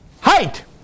height